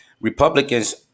Republicans